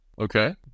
Okay